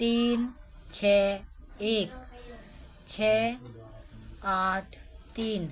तीन छः एक छः आठ तीन